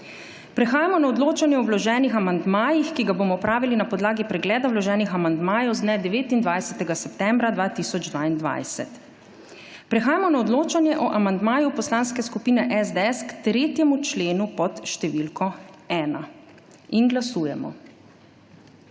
Prehajamo na odločanje o vloženih amandmajih, ki ga bomo opravili na podlagi pregleda vloženih amandmajev z dne 29. septembra 2022. Prehajamo na odločanje o amandmaju Poslanske skupine SDS k 3. členu pod številko 1. Glasujemo.